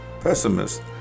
pessimist